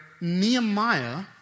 Nehemiah